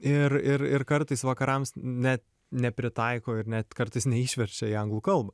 ir ir ir kartais vakarams ne nepritaiko ir net kartais neišverčia į anglų kalbą